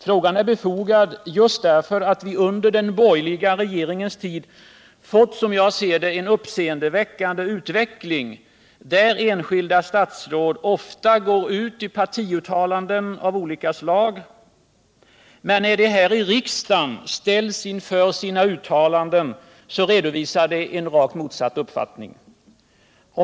Frågan är befogad just därför att vi under den borgerliga regeringens tid fått en, som jag ser det, uppseendeväckande utveckling där enskilda statsråd ofta gör partiuttalanden av olika slag för att sedan när de här i riksdagen ställs inför sina uttalanden redovisa en rakt motsatt uppfattning.